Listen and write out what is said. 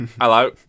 Hello